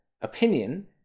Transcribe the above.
opinion